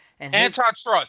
Antitrust